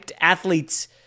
athletes